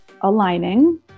aligning